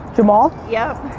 jamal? yep.